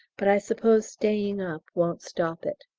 but i suppose staying up won't stop it!